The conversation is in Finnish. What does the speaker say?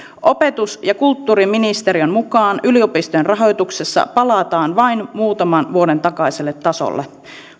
opetus ja kulttuuriministeriön mukaan yliopistojen rahoituksessa palataan vain muutaman vuoden takaiselle tasolle